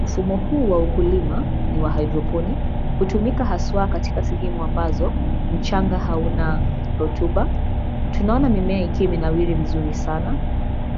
Mfumo huu wa ukulima ni wa hydroponic. Hutumika haswa katika sehemu ambazo mchanga hauna hotuba. Tunaona mimea ikiwa imenawiri vizuri sana.